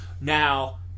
Now